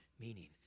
meaning